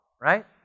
right